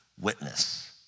witness